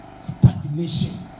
Stagnation